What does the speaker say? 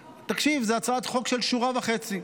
תקשיב, זו הצעת חוק של שורה וחצי.